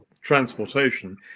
transportation